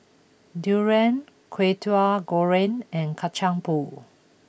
Durian Kwetiau Goreng and Kacang Pool